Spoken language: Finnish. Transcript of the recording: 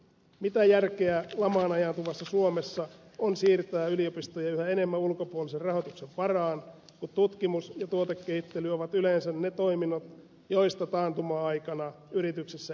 mitä järkeä lamaan ajautuvassa suomessa on siirtää yliopistoja yhä enemmän ulkopuolisen rahoituksen varaan kun tutkimus ja tuotekehittely ovat yleensä ne toiminnot joista taantuma aikana yrityksissä ensiksi säästetään